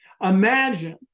Imagine